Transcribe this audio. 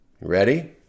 Ready